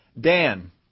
Dan